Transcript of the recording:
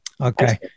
okay